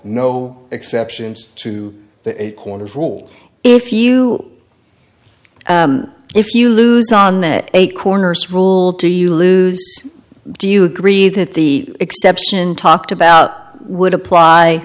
no exceptions to the corners rule if you if you lose on that eight corners rule do you lose do you agree that the exception talked about would apply